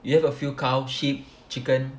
you have a few cow sheep chicken